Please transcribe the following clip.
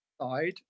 side